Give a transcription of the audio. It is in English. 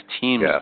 teams